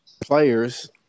players